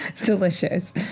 delicious